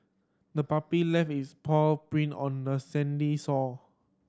the puppy left its paw print on the sandy shore